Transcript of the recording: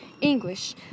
English